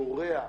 קוריאה,